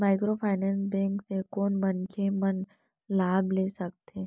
Microfinance bank से कोन मनखे मन लाभ ले सकथे?